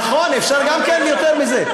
נכון, אפשר גם כן יותר מזה.